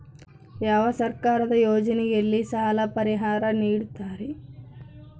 ಯಾವ ಸರ್ಕಾರದ ಯೋಜನೆಯಲ್ಲಿ ಸಾಲ ಪರಿಹಾರ ನೇಡುತ್ತಾರೆ?